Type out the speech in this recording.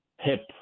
hip